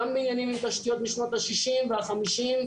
אותם בניינים עם תשתיות משנות ה-60 וה-50.